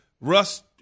Russ